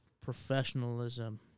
professionalism